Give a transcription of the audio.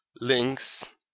links